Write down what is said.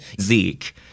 Zeke